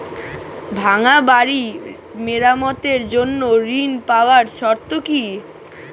ভাঙ্গা বাড়ি মেরামতের জন্য ঋণ পাওয়ার শর্ত কি?